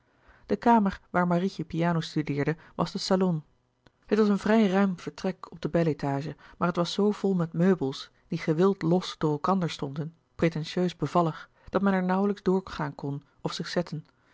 de kamer waar marietje piano studeerde louis couperus de boeken der kleine zielen was de salon het was een vrij ruim vertrek op de bel étage maar het was zoo vol met meubels die gewild los door elkander stonden pretentieus bevallig dat men er nauwlijks door gaan kon of zich zetten